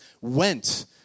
went